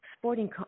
sporting